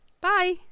Bye